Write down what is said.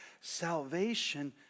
Salvation